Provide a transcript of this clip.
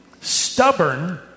stubborn